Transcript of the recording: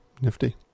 nifty